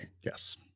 Yes